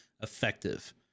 effective